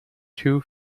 two